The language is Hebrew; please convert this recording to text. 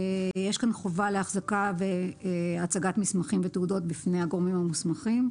יש כאן חובה להחזקה והצגת מסמכים ותעודות בפני הגורמים המוסמכים.